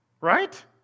Right